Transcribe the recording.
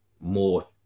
more